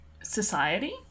Society